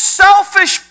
selfish